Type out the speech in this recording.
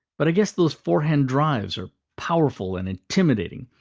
but i guess those forehand drives are powerful and intimidating,